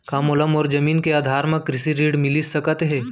का मोला मोर जमीन के आधार म कृषि ऋण मिलिस सकत हे?